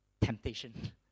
temptation